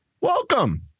welcome